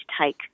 take